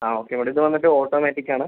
ആ okay madam ഇത് വന്നിട്ട് ഓട്ടോമാറ്റിക് ആണ്